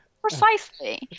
Precisely